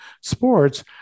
sports